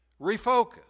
refocus